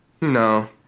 No